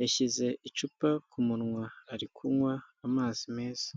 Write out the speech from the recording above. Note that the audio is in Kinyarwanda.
yashyize icupa ku munwa, ari kunywa amazi meza.